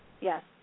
yes